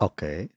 Okay